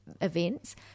events